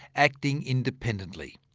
acting independently.